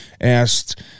asked